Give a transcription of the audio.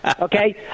okay